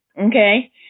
Okay